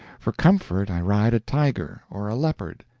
for comfort i ride a tiger or a leopard,